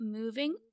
moving